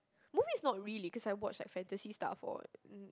movies not really cause I watch like fantasy stuff or